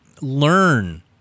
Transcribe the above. learn